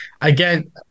Again